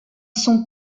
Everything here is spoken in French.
son